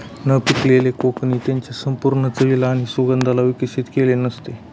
न पिकलेल्या कोकणे त्याच्या संपूर्ण चवीला आणि सुगंधाला विकसित केलेले नसते